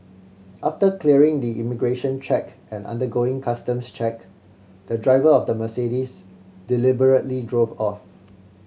after clearing the immigration check and undergoing customs check the driver of the Mercedes deliberately drove off